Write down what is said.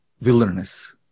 wilderness